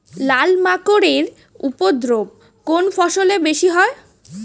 লাল মাকড় এর উপদ্রব কোন ফসলে বেশি হয়?